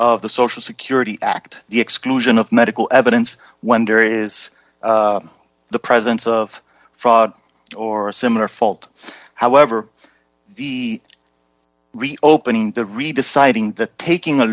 of the social security act the exclusion of medical evidence wonder is the presence of fraud or similar fault however the opening the re deciding the taking a